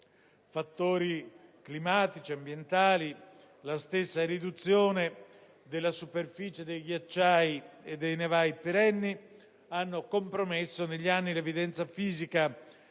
fattori climatici e ambientali, come anche la riduzione della superficie dei ghiacciai e dei nevai perenni, hanno compromesso negli anni l'evidenza fisica